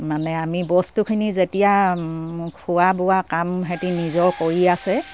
মানে আমি বস্তুখিনি যেতিয়া খোৱা বোৱা কাম সেহেঁতি নিজৰ কৰি আছে